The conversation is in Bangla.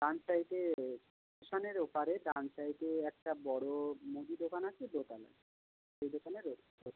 ডান সাইডে স্টেশানের ওপারে ডান সাইডে একটা বড় মুদি দোকান আছে দোতলায় ওই দোকানের ওপরের তলায়